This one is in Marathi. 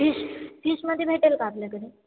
फिश फिशमध्ये भेटेल का आपल्याकडे